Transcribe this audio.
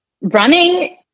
running